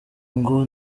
ngo